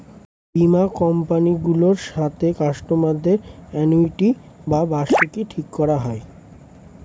বীমা কোম্পানি গুলোর সাথে কাস্টমার দের অ্যানুইটি বা বার্ষিকী ঠিক করা হয়